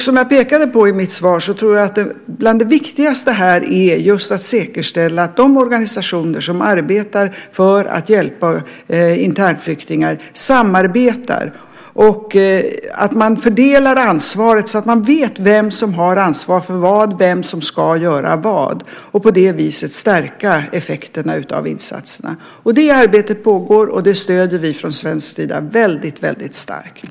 Som jag pekade på i mitt svar är bland det viktigaste här att säkerställa att de organisationer som arbetar för att hjälpa internflyktingar samarbetar och fördelar ansvaret så att man vet vem som har ansvar för vad och vem som ska göra vad. På det viset stärker man effekterna av insatserna. Det arbetet pågår, och det stöder vi från svensk sida väldigt starkt.